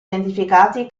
identificati